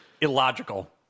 Illogical